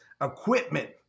equipment